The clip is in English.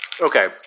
okay